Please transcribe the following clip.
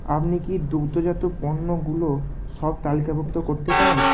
আপনি কি দুগ্ধজাত পণ্যগুলো সব তালিকাভুক্ত করতে পারেন